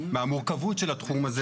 מהמורכבות של התחום הזה.